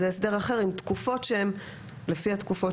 זה הסדר אחר עם תקופות שהן לפי התקופות